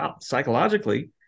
psychologically